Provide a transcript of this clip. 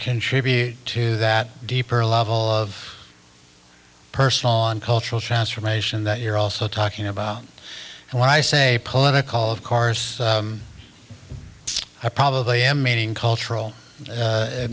contribute to that deeper level of personal on cultural transformation that you're also talking about and when i say political of cars i probably am meeting cultural